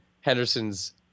Henderson's